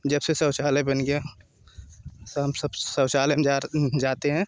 जब से शौचालय बन गया हम सब शौचालय जा रहे जाते है